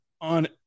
on